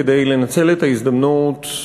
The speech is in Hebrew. כדי לנצל את ההזדמנות,